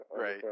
Right